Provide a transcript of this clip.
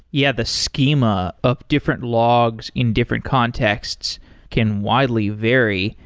yeah. the schema of different logs in different contexts can widely vary,